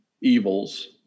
evils